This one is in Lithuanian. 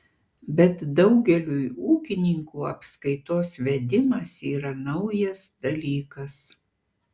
bet daugeliui ūkininkų apskaitos vedimas yra naujas dalykas